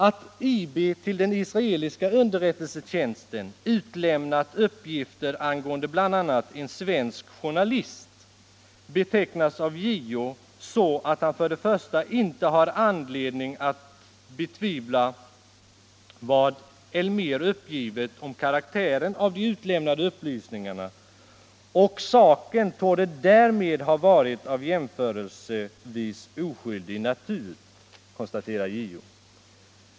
Att IB till den israeliska underrättelsetjänsten utlämnat uppgifter angående bl.a. en svensk journalist betecknas av JO så att han inte har anledning att betvivla vad Elmér uppgivit om karaktären av de ut Nr 64 lämnade upplysningarna och saken torde därmed ha varit av jämförelsevis Onsdagen den oskyldig natur.